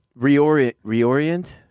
Reorient